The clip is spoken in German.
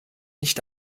nicht